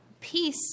Peace